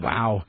Wow